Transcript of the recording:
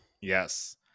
Yes